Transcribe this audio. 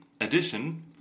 addition